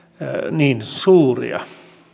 niin suuria